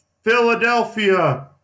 Philadelphia